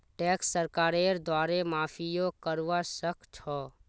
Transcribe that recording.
tax सरकारेर द्वारे माफियो करवा सख छ